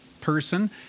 person